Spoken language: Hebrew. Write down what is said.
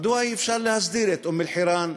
מדוע אי-אפשר להסדיר את אום-אלחיראן?